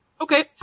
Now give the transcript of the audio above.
Okay